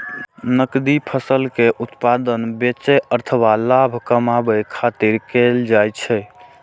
नकदी फसल के उत्पादन बेचै अथवा लाभ कमबै खातिर कैल जाइ छै